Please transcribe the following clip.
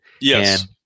yes